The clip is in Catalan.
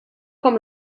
com